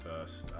first